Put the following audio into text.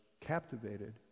captivated